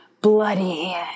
bloody